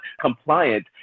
compliant